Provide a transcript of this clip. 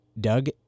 Doug